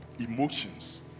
emotions